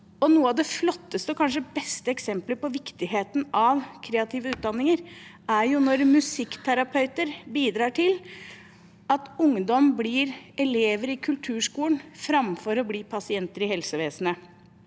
noe av det flotteste og kanskje beste eksemplet på viktigheten av kreative utdanninger er når musikkterapeuter bidrar til at ungdom blir elever i kulturskolen framfor å bli pasienter i helsevesenet.